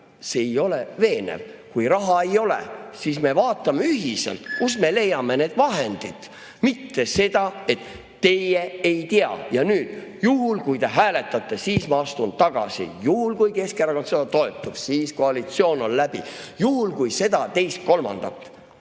See ei ole veenev. Kui raha ei ole, siis me vaatame ühiselt, kust me leiame need vahendid, mitte seda, et teie ei tea. Ja nüüd, juhul kui te hääletate, siis ma astun tagasi. Juhul kui Keskerakond seda toetab, siis koalitsioon on läbi. Juhul kui seda, teist ja kolmandat.